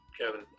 Kevin